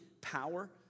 power